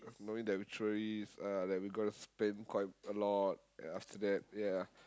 knowing that we tourists uh like we gonna spend quite a lot ya after that ya